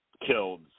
killed